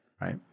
Right